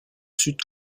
sud